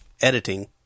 editing